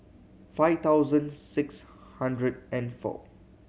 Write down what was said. five thousand six hundred and four